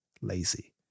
lazy